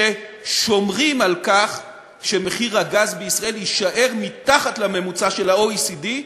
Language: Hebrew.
ששומרים על כך שמחיר הגז בישראל יישאר מתחת לממוצע של ה-OECD,